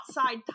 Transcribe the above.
outside